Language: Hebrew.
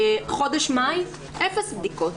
בחודש מאי אפס בדיקות,